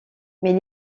mais